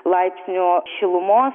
laipsnio šilumos